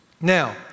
Now